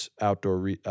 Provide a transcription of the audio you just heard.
Outdoor